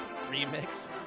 Remix